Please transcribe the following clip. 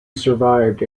survived